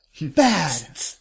Bad